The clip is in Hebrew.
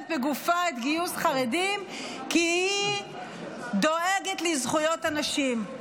בגופה את גיוס החרדים כי היא דואגת לזכויות הנשים.